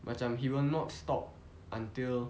macam he will not stop until